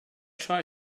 try